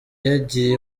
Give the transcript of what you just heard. yagiye